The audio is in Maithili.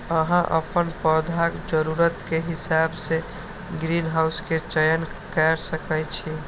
अहां अपन पौधाक जरूरत के हिसाब सं ग्रीनहाउस के चयन कैर सकै छी